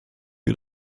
wir